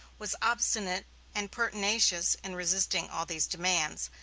was obstinate and pertinacious in resisting all these demands,